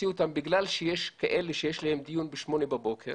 שבגלל שיש כאלה שיש להם דיון בשמונה בבוקר